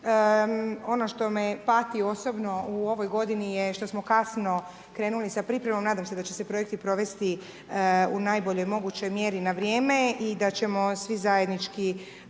ono što me pati osobno u ovoj godinu je što smo kasno krenuli sa pripremom, nadam se da će se projekti provesti u najboljoj mogućoj mjeri na vrijeme i da ćemo svi zajednički